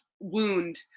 wound